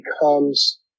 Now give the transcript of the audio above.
becomes